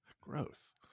Gross